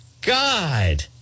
God